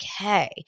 Okay